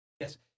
Yes